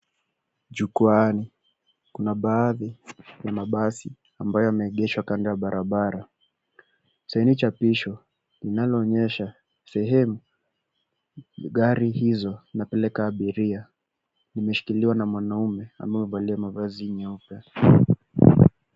Jukwaani kuna baadhi ya mabasi ambayo yameegeshwa kando ya barabara. Saini ni chapisho linaloonyesha sehemu gari hizo zinapeleka abiria, imeshikiliwa na mwanaume amevalia mavazi meupe.